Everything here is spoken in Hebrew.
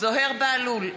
זוהיר בהלול,